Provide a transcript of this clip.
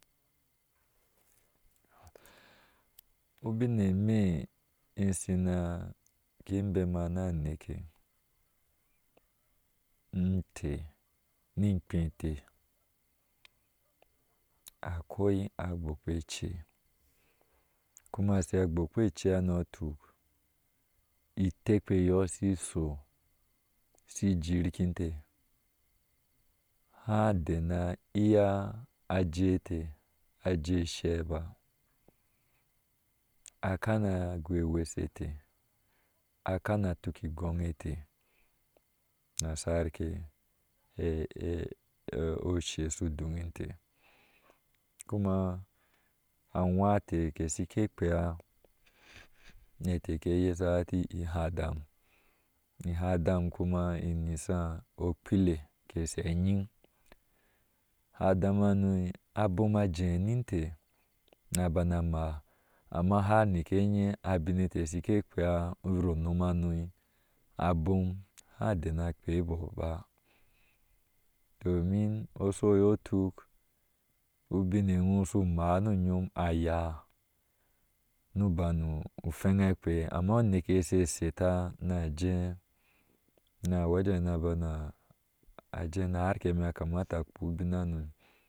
Ubin e meh in sina ikin bema na anke ni inte ni inpi eter, akwa agbokpache kumasa agbokpeche hano tuk itekpeyɔɔ su shijir kin inte hadea na iyaa ajee inte aje ishe ba, a kana gooi weshe te a kana tuk igoŋ eteh nasarke osheshu doŋ intee, kuma awaci teeke shike kpea metee she yasha heti ihea adam iha adam kuma iyishaa kpile kashe andi adam haro abom a jee ni inte, na bana amma har nike eye abin eteh shike kpea uro unom hanu abom ha dena kpeaɔɔ ba, domin oshu oye shutuk ubin ewɔɔ shu maa ni uyom ayaa nu banu feŋa kpei, amma uneke ye she sheta na jee na bana wejen na bana jee nar ke yame a kamata a kpobin hano.